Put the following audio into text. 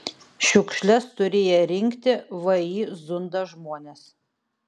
šiukšles turėję rinkti vį zunda žmonės